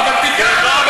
לא, אבל תיקח, אתה מערבב.